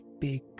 big